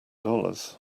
dollars